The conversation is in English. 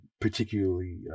particularly